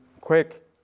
quick